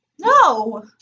no